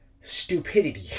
stupidity